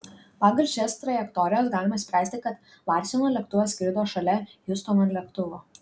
pagal šias trajektorijas galima spręsti kad larseno lėktuvas skrido šalia hiustono lėktuvo